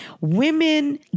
Women